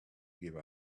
give